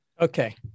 Okay